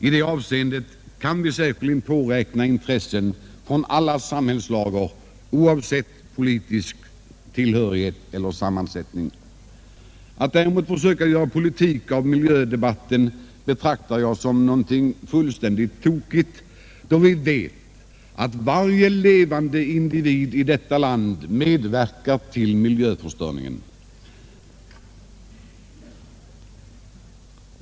I detta avseende kan vi säkerligen påräkna intresse från alla samhällslager oavsett politisk tillhörighet eller sammansättning. Försök att göra politik av miljödebatten betraktar jag däremot som fullständigt befängda, då vi vet att varje levande individ i vårt land medverkar till miljöförstöringen.